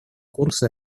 курса